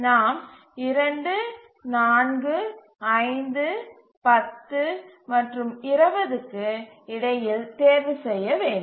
நாம் 2 4 5 10 மற்றும் 20 க்கு இடையில் தேர்வு செய்ய வேண்டும்